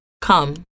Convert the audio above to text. come